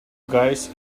guys